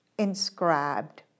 inscribed